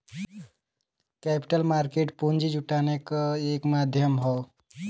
capital market पूंजी जुटाने क एक माध्यम हौ